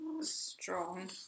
strong